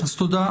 תודה.